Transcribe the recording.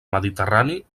mediterrani